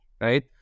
right